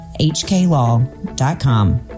hklaw.com